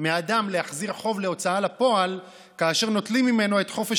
מאדם להחזיר חוב להוצאה לפועל כאשר נוטלים ממנו את חופש